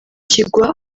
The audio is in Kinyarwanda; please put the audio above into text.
kigwa